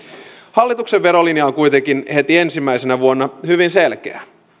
hallituksen verolinja on kuitenkin heti ensimmäisenä vuonna hyvin selkeä